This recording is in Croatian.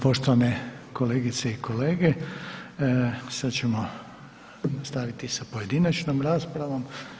Poštovane kolegice i kolege, sad ćemo nastaviti sa pojedinačnom raspravom.